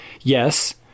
Yes